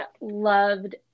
loved